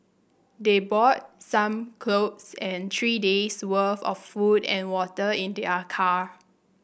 they brought some clothes and three days worth of food and water in their car